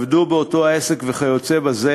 שעבדו באותו העסק וכיוצא בזה,